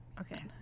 okay